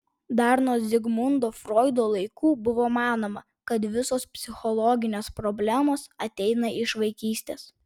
dar nuo zigmundo froido laikų buvo manoma kad visos psichologinės problemos ateina iš vaikystės